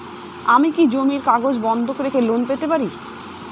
আমি কি জমির কাগজ বন্ধক রেখে লোন পেতে পারি?